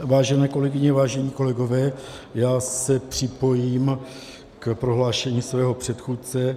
Vážené kolegyně, vážení kolegové, já se připojím k prohlášení svého předchůdce.